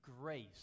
Grace